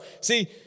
See